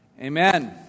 Amen